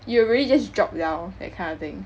you will really just drop down that kind of thing